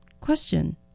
Question